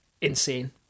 insane